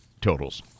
totals